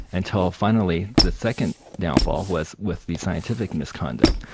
until finally, the second downfall was with the scientific misconduct.